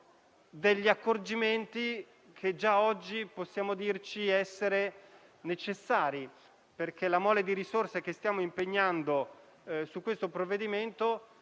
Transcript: però accorgimenti che già oggi possiamo dirci essere necessari, perché la mole di risorse che stiamo impegnando su questo provvedimento